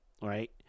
right